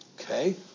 Okay